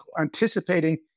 anticipating